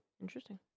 Interesting